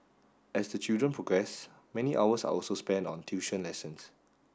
as the children progress many hours are also spent on tuition lessons